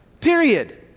period